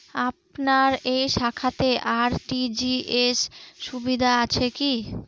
আপনার এই শাখাতে আর.টি.জি.এস সুবিধা আছে কি?